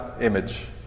image